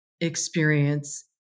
experience